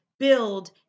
Build